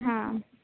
हां